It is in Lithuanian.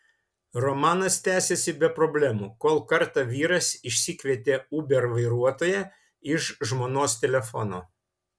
romanas tęsėsi be problemų kol kartą vyras išsikvietė uber vairuotoją iš žmonos telefono